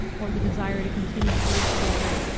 or the desire to continue to live together,